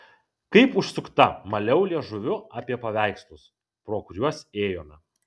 kaip užsukta maliau liežuviu apie paveikslus pro kuriuos ėjome